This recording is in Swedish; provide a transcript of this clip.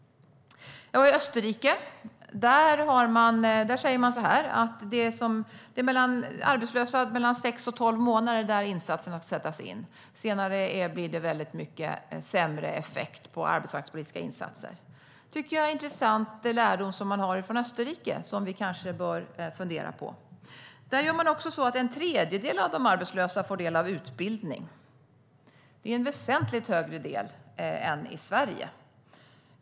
Jag var i Österrike. Där säger man att det är mellan sex och tolv månader, för arbetslösa, som insatserna ska sättas in. Senare blir det mycket sämre effekt av arbetsmarknadspolitiska insatser. Det tycker jag är en intressant lärdom från Österrike, som vi kanske bör fundera på. Där får också en tredjedel av de arbetslösa del av utbildning. Det är en väsentligt större del än i Sverige.